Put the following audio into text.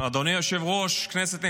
אדוני היושב-ראש, כנסת נכבדה,